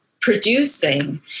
producing